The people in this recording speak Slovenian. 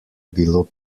bilo